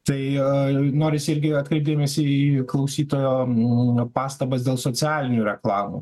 tai norisi irgi atkreipt dėmesį į klausytojo pastabas dėl socialinių reklamų